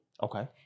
Okay